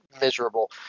miserable